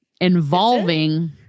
involving